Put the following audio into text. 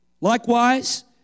Likewise